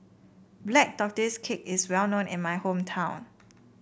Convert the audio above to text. Black Tortoise Cake is well known in my hometown